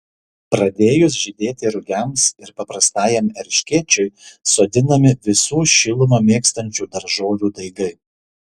pradėjus žydėti rugiams ir paprastajam erškėčiui sodinami visų šilumą mėgstančių daržovių daigai